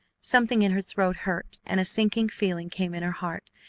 something in her throat hurt, and a sinking feeling came in her heart.